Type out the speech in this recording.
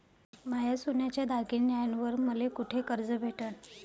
माया सोन्याच्या दागिन्यांइवर मले कुठे कर्ज भेटन?